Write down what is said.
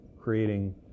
creating